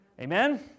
Amen